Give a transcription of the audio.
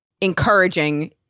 encouraging